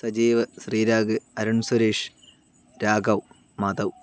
Sajeev Sreerag Arun Suresh Raghav Madhav